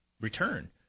return